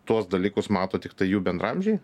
tuos dalykus mato tiktai jų bendraamžiai